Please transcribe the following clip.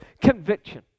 conviction